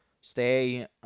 Stay